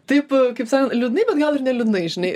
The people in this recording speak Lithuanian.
taip kaip sako liūdnai bet gal ir ne liūdnai žinai